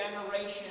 generation